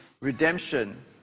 redemption